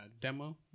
demo